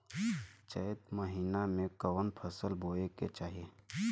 चैत महीना में कवन फशल बोए के चाही?